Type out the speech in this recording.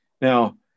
Now